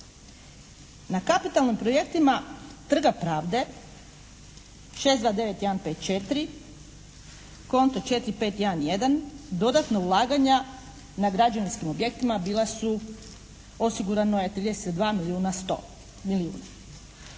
Na kapitalnim projektima Trga pravde 629154, konto 4511 dodatno ulaganja na građevinskim objektima bila su, osigurano je 32 milijuna 100 milijuna.